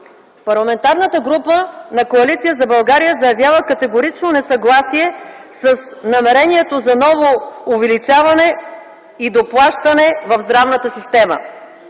Парламентарната група на Коалиция за България заявява категорично несъгласие с намерението за ново увеличаване и доплащане в здравната система.